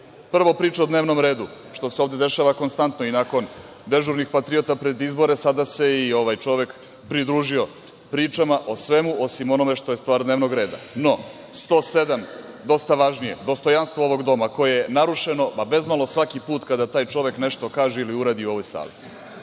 priča o dnevnom redu, što se ovde ne dešava konstantno i nakon dežurnih patriota pred izbore, sada se i ovaj čovek pridružio pričama o svemu, osim o onome što je stvar dnevnog reda. No, 107. dosta važnije dostojanstvo ovog doma koje je narušeno bezmalo svaki put kada taj čovek nešto kaže ili uradi u ovoj sali,